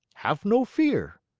have no fear.